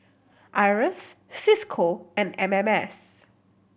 IRAS Cisco and M M S